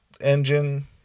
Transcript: engine